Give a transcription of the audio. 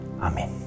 Amen